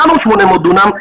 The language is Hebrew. למה הוא 800 דונם?